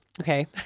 okay